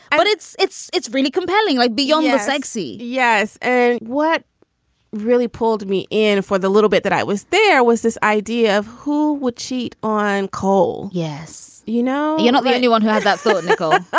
but it's it's it's really compelling. like beyond sexy yes. and what really pulled me in for the little bit that i was there was this idea of who would cheat on coal. yes you know, you're not the only one who had that thought. nicole